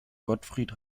gottfried